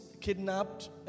kidnapped